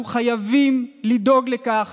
אנחנו חייבים לדאוג לכך